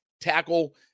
tackle